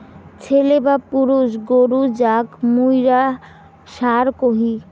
ছেলে বা পুরুষ গরু যাক মুইরা ষাঁড় কহি